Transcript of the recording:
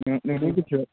नोंनि गोसो